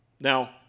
Now